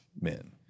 men